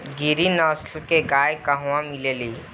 गिरी नस्ल के गाय कहवा मिले लि?